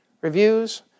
Reviews